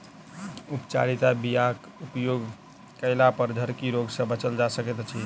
उपचारित बीयाक उपयोग कयलापर झरकी रोग सँ बचल जा सकैत अछि